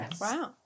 Wow